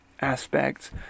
aspects